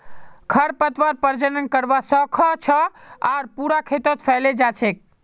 खरपतवार प्रजनन करवा स ख छ आर पूरा खेतत फैले जा छेक